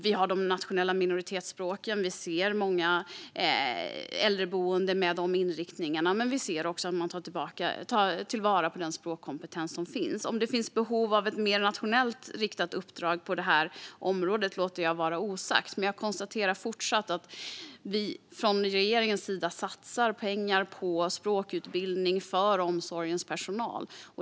Vi har de nationella minoritetsspråken, och vi ser många äldreboenden med de inriktningarna. Men vi ser också att man tar vara på den språkkompetens som finns. Om det finns behov av ett mer nationellt riktat uppdrag på det här området låter jag vara osagt. Men jag konstaterar fortfarande att vi från regeringen satsar pengar på språkutbildning för omsorgens personal.